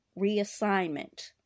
reassignment